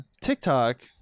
TikTok